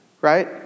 right